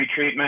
pretreatment